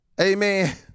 Amen